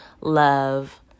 love